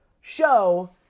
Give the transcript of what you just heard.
show